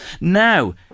Now